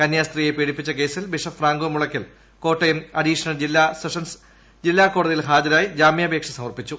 കന്യാസ്ത്രീയെ പീഡിപ്പിച്ച കേസിൽ ബിഷപ്പ് ഫ്രാങ്കോ മുളക്കൽ കോട്ടയം അഡീഷണൽ ജില്ലാ സെഷൻസ് ജില്ല സെ കോടതിയിൽ ഹാജരായി ജാമ്യാപേക്ഷ സമർപ്പിച്ചു